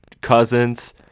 Cousins